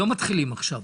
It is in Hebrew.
לא מתחילים עכשיו.